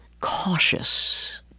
cautious